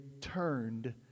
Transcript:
turned